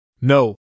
No